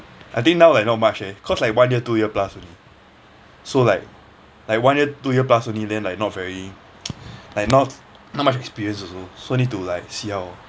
I think now like not much eh cause like one year two year plus only so like like one year two year plus only then like not very like not not much experience also so need to like see how